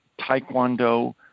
Taekwondo